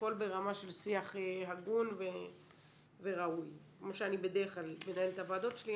והכול ברמה של שיח הגון וראוי כמו שאני בדרך כלל מנהלת את הוועדות שלי.